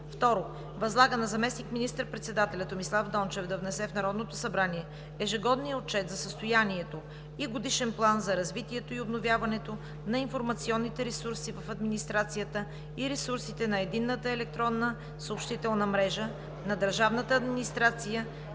2. Възлага на заместник министър-председателя Томислав Дончев да внесе в Народното събрание ежегодния отчет за състоянието и годишен план за развитието и обновяването на информационните ресурси в администрацията и ресурсите на единната електронна съобщителна мрежа на държавната администрация